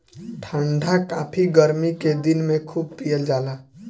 ठंडा काफी गरमी के दिन में खूब पियल जाला